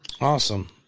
Awesome